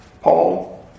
Paul